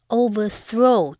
,overthrow